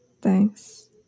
Thanks